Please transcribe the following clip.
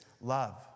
love